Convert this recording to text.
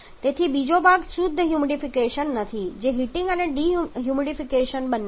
તેથી બીજો ભાગ શુદ્ધ હ્યુમિડિફિકેશન નથી જે હીટિંગ અને હ્યુમિડિફિકેશન બંને છે